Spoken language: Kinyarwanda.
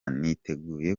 niteguye